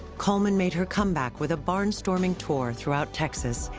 coleman made her come back with a barnstorming tour throughout texas,